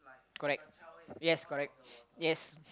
correct yes correct yes